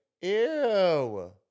ew